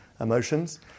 emotions